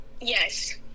Yes